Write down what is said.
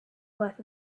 worth